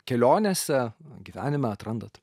kelionėse gyvenime atrandat